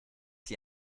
sie